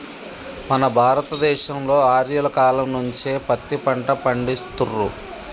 మన భారత దేశంలో ఆర్యుల కాలం నుంచే పత్తి పంట పండిత్తుర్రు